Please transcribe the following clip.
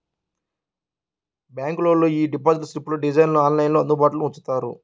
బ్యాంకులోళ్ళు యీ డిపాజిట్ స్లిప్పుల డిజైన్లను ఆన్లైన్లో అందుబాటులో ఉంచుతారు